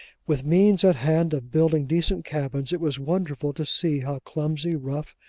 with means at hand of building decent cabins, it was wonderful to see how clumsy, rough,